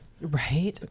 Right